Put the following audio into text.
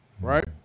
right